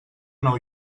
nou